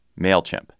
MailChimp